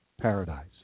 paradise